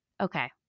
Okay